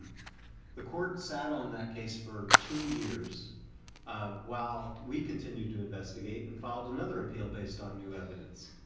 the court sat on that case for two years while we continued to investigate and filed another appeal based on new evidence.